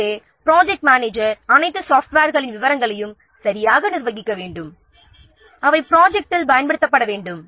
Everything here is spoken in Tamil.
எனவே ப்ராஜெக்ட் மேனேஜர் அனைத்து சாஃப்ட்வேர்களின் விவரங்களையும் சரியாக நிர்வகிக்க வேண்டும் அவை ப்ரொஜெக்ட்டில் பயன்படுத்தப்பட வேண்டும்